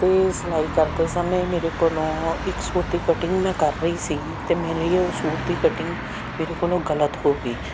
ਅਤੇ ਸਿਲਾਈ ਕਰਦੇ ਸਮੇਂ ਮੇਰੇ ਕੋਲੋਂ ਇੱਕ ਸੂਟ ਦੀ ਕਟਿੰਗ ਮੈਂ ਕਰ ਰਹੀ ਸੀ ਅਤੇ ਮੇਰੇ ਉਹ ਸੂਟ ਦੀ ਕਟਿੰਗ ਮੇਰੇ ਕੋਲੋਂ ਗਲਤ ਹੋ ਗਈ